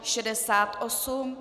68.